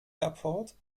airport